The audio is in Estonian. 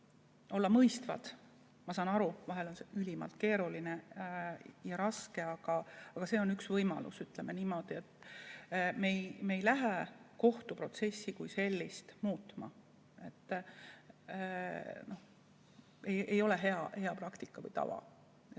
olla mõistvad. Ma saan aru, et vahel on see ülimalt keeruline ja raske, aga see on üks võimalus, ütleme niimoodi. Me ei lähe kohtuprotsessi kui sellist muutma. See ei ole hea praktika ega tava. Aga